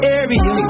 area